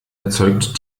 erzeugt